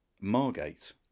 Margate